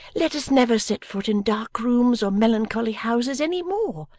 let us never set foot in dark rooms or melancholy houses, any more,